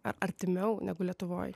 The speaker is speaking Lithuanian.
ar artimiau negu lietuvoje